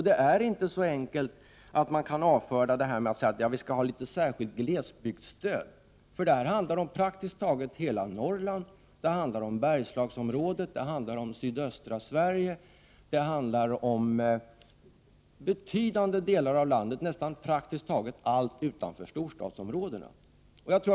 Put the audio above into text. Det är inte så enkelt att man kan avfärda detta genom att säga att man skall införa ett särskilt glesbygdsstöd. Det handlar om praktiskt taget hela Norrland, Bergslagsområdet, sydöstra Sverige och betydande delar av landet, dvs. praktiskt taget överallt utanför storstadsområdena.